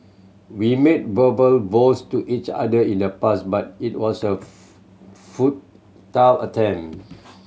we made verbal vows to each other in the past but it was a attempt